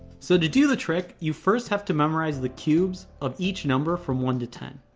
so to do the trick, you first have to memorize the cubes of each number from one to ten.